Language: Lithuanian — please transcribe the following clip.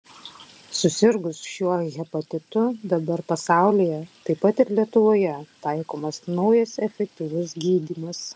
susirgus šiuo hepatitu dabar pasaulyje taip pat ir lietuvoje taikomas naujas efektyvus gydymas